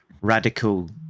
radical